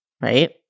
right